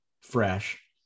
fresh